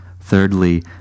thirdly